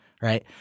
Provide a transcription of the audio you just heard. Right